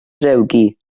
drewgi